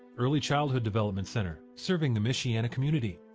early childhood development center serving the michiana community.